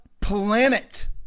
planet